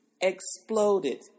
exploded